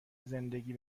زندگی